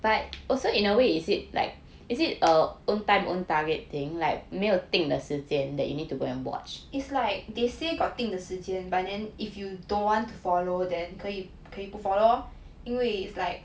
is like they say got 定的时间 but then if you don't want to follow then 可以可以不 follow lor 因为 is like